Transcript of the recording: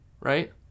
Right